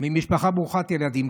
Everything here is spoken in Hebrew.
הוא ממשפחה ברוכת ילדים.